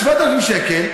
7,000 שקל,